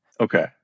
Okay